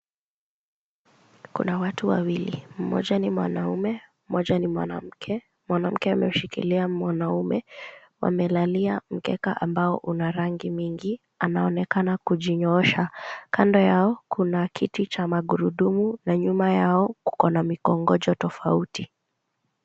Kuna watu wawili. Mmoja ni mwanaume, mmoja ni mwanamke. Mwanamke ameshikilia mwanaume. Wamelalia mkeka ambao una rangi mingi. Anaonekana kujinyoosha. Kando yao kuna kiti cha magurudumu na nyuma yao kukona mikongojo tofauti.